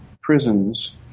prisons